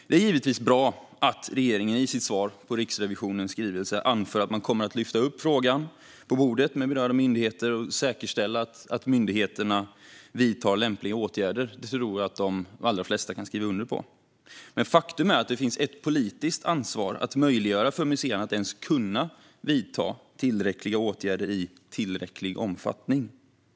Att det är bra att regeringen i sitt svar på Riksrevisionens skrivelse anför att man kommer att lyfta upp frågan med berörda myndigheter och säkerställa att myndigheterna vidtar lämpliga åtgärder kan nog de allra flesta skriva under på. Faktum är dock att det är ett politiskt ansvar att möjliggöra för museerna att vidta tillräckliga åtgärder i tillräcklig omfattning.